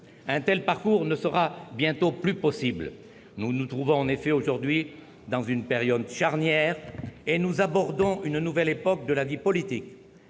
Un tel parcours ne sera bientôt plus possible. Nous nous trouvons en effet aujourd'hui dans une période charnière et nous abordons une nouvelle époque de la vie politique.